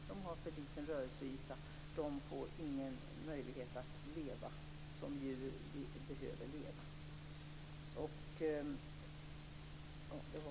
De har för liten rörelseyta och har ingen möjlighet att leva som djur behöver leva.